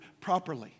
properly